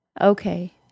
Okay